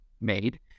made